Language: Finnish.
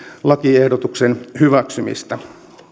lakiehdotuksen hyväksymistä